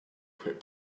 quit